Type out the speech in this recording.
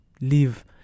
leave